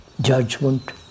judgment